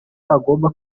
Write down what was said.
agomba